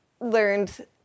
learned